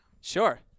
Sure